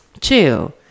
Chill